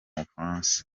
bufaransa